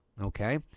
Okay